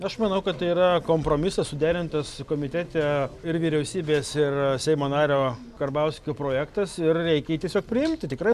aš manau kad tai yra kompromisas suderintas komitete ir vyriausybės ir seimo nario karbauskio projektas ir reikia tiesiog priimti tikrai